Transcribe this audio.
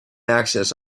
access